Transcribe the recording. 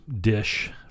dish